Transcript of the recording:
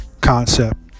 concept